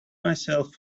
myself